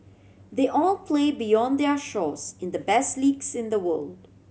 they all play beyond their shores in the best leagues in the world